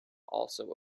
also